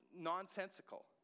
nonsensical